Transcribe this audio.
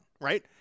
right